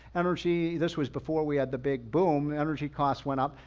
energy, this was before we had the big boom, energy costs went up.